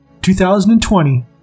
2020